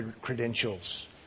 credentials